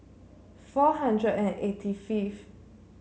four hundred and eighty fifth